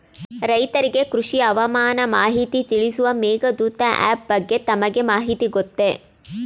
ರೈತರಿಗೆ ಕೃಷಿ ಹವಾಮಾನ ಮಾಹಿತಿ ತಿಳಿಸುವ ಮೇಘದೂತ ಆಪ್ ಬಗ್ಗೆ ತಮಗೆ ಮಾಹಿತಿ ಗೊತ್ತೇ?